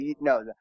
no